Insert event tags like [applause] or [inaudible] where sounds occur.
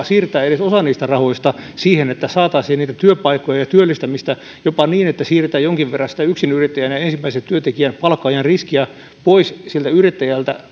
[unintelligible] siirtää edes osa niistä rahoista siihen että saataisiin niitä työpaikkoja ja työllistämistä jopa niin että siirretään jonkin verran sitä yksinyrittäjän ja ensimmäisen työntekijän palkkaajan riskiä pois yrittäjältä [unintelligible]